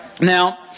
Now